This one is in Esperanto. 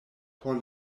por